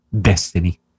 destiny